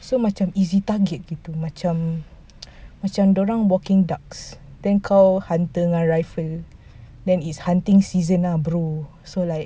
so macam easy target gitu macam macam dia orang walking ducks then kau hunt dengan rifle then it's hunting season lah bro so like